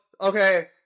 okay